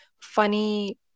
funny